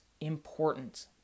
important